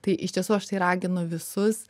tai iš tiesų aš tai raginu visus